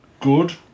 good